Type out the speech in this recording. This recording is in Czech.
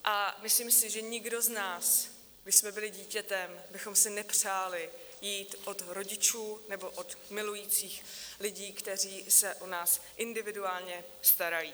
A myslím si, že nikdo z nás, když jsme byli dítětem, bychom si nepřáli jít od rodičů nebo od milujících lidí, kteří se o nás individuálně starají.